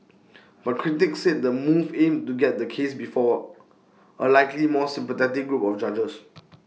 but critics said the move aimed to get the case before A likely more sympathetic group of judges